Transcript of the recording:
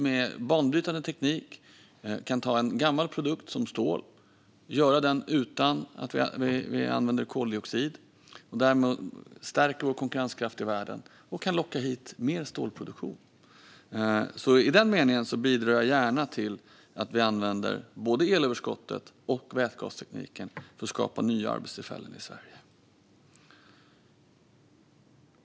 Med banbrytande teknik kan vi framställa stål utan koldioxid och därmed stärka vår konkurrenskraft i världen och locka hit mer stålproduktion. I den meningen bidrar jag gärna till att vi använder både elöverskottet och vätgastekniken för att skapa nya arbetstillfällen i Sverige.